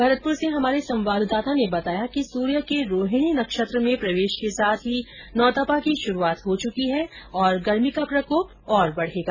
भरतपुर से हमारे संवाददाता ने बताया कि सूर्य के रोहिणी नक्षत्र में प्रवेश के साथ ही नौ तपा की शुरूआत हो चुकी है और गर्मी का प्रकोप और बढ़ेगा